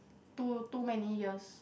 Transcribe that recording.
too too many years